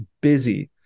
busy